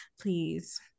please